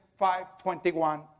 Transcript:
5.21